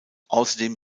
außerdem